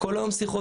כל היום שיחות,